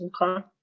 Okay